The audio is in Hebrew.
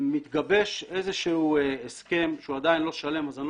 מתגבש איזשהו הסכם שהוא עדיין לא שלם ולכן אני